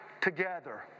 together